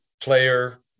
player